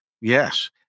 yes